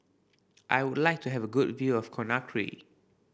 I would like to have a good view of Conakry